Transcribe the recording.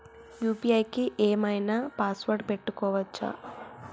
UPI కి ఏం ఐనా పాస్వర్డ్ పెట్టుకోవచ్చా?